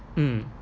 mm